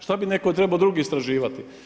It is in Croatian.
Šta bi netko trebao drugi istraživati.